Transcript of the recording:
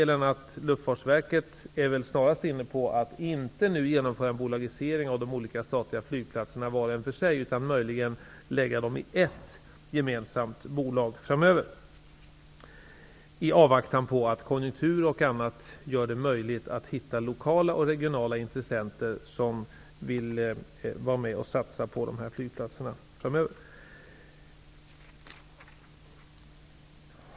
Luftfartsverket är snarare inne på att inte nu genomföra någon bolagisering av de statliga flygplatserna var och en för sig, utan man vill att de om möjligt skall slås samman till ett gemensamt bolag i avvaktan på att konjunkturen medger att det går att hitta lokala och regionala intressenter som vill vara med och satsa på dessa flygplatser.